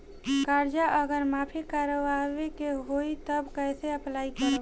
कर्जा अगर माफी करवावे के होई तब कैसे अप्लाई करम?